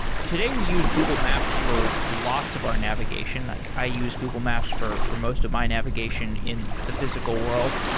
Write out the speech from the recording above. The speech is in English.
today, we use google maps for lots of our navigation, like i use google maps for for most of my navigation in the physical world,